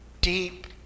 deep